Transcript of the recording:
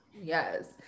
Yes